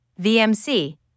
VMC